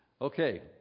Okay